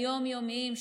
היום-יומיים,